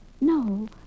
No